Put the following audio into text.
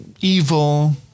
evil